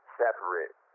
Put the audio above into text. separate